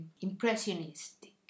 impressionistic